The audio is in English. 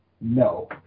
no